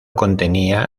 contenía